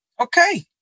Okay